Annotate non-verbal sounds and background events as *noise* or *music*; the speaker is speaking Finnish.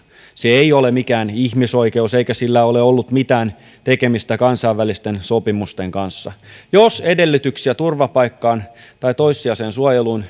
se ei ole mikään ihmisoikeus eikä sillä ole ollut mitään tekemistä kansainvälisten sopimusten kanssa jos edellytyksiä turvapaikkaan tai toissijaiseen suojeluun *unintelligible*